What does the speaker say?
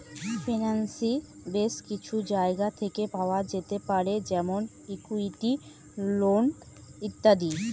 financing base কিছু জায়গা থেকে পাওয়া যেতে পারে যেমন ইকুইটি, লোন ইত্যাদি